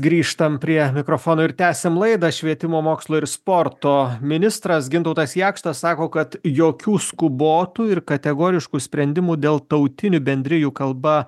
grįžtam prie mikrofono ir tęsiam laidą švietimo mokslo ir sporto ministras gintautas jakštas sako kad jokių skubotų ir kategoriškų sprendimų dėl tautinių bendrijų kalba